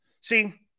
See